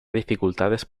dificultades